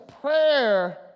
prayer